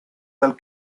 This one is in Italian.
dal